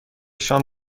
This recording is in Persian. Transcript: شام